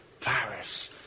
Paris